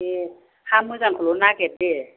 दे हा मोजांखौल' नागेर दे